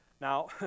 Now